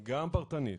כן, גם פרטנית,